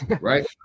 right